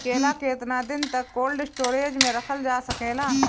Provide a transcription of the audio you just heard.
केला केतना दिन तक कोल्ड स्टोरेज में रखल जा सकेला?